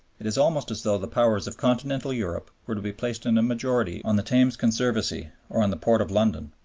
it is almost as though the powers of continental europe were to be placed in a majority on the thames conservancy or the port of london.